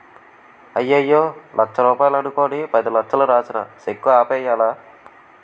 అయ్యయ్యో లచ్చ రూపాయలు అనుకుని పదిలచ్చలు రాసిన సెక్కు ఆపేయ్యాలా